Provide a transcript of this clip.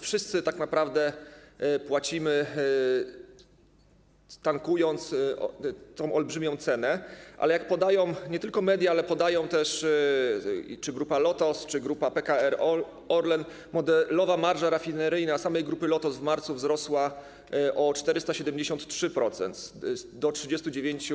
Wszyscy tak naprawdę płacimy, tankując, tę olbrzymią cenę, ale jak podają nie tylko media, ale też Grupa Lotos czy Grupa PKN Orlen, modelowa marża rafineryjna samej Grupy Lotos w marcu wzrosła o 473% do 39